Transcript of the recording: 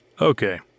Okay